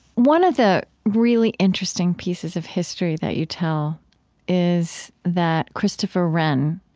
one of the really interesting pieces of history that you tell is that christopher wren,